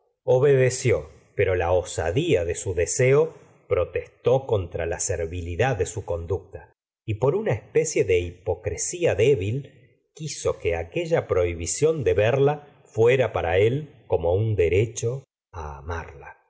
obedeció pero la osadía de su deseo protestó contra la servilidad de su conducta y por una especie de hipocresía débil quiso que aquella prohibición de verla fuera para él como un derecho amarla